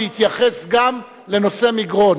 ויתייחס גם לנושא מגרון.